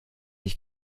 ich